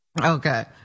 Okay